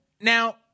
Now